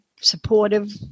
supportive